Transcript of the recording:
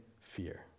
fear